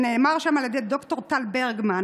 שנאמר בה על ידי ד"ר טל ברגמן,